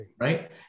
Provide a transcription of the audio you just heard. right